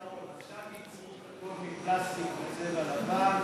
פתרון, עכשיו ייצרו הכול מפלסטיק בצבע לבן, נגמר.